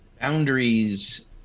Boundaries